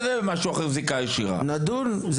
נדון.